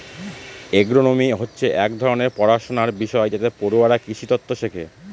agronomy হচ্ছে এক ধরনের পড়াশনার বিষয় যাতে পড়ুয়ারা কৃষিতত্ত্ব শেখে